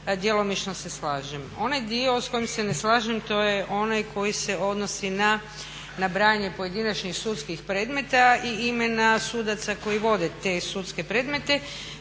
djelomično se slažem. Onaj dio s kojim se ne slažem to je onaj koji se odnosi na nabrajanje pojedinačnih sudskih predmeta i imena sudaca koji vode te sudske predmete